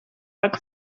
tak